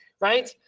right